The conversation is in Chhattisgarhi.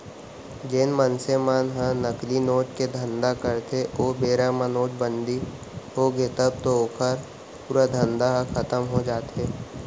जेन मनसे मन ह नकली नोट के धंधा करथे ओ बेरा म नोटबंदी होगे तब तो ओखर पूरा धंधा ह खतम हो जाथे